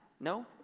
No